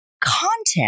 content